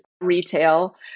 retail